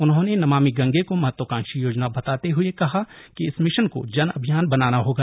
उन्होंने नमामि गंगे को महत्वाकांक्षी योजना बताते हुए कहा कि इस मिशन को जन अभियान बनाना होगा